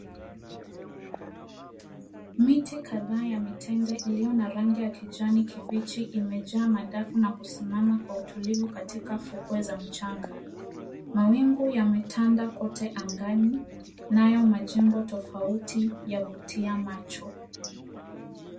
Miti kadhaa ya mitende iliyo na rangi ya kijani kibichi imejaa madafu na kusimama kwa utulivu katika fukwe za mchanga, mawingu yametanda kwote angani nayo majengo tofauti yavutia macho.